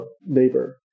neighbor